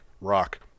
Rock